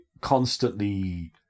constantly